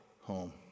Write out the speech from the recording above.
home